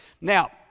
Now